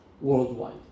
worldwide